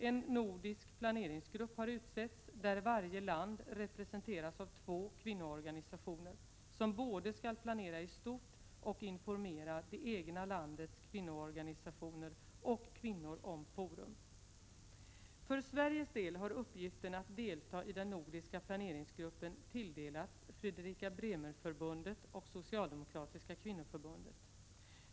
En nordisk planeringsgrupp har utsetts, där varje land representeras av två kvinnoorganisationer som både skall planera i stort och informera det egna landets kvinnoorganisationer och kvinnor om Forum. För Sveriges del har uppgiften att delta i den nordiska planeringsgruppen tilldelats Fredrika Bremer-förbundet och Socialdemokratiska kvinnoförbundet.